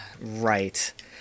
Right